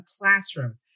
classroom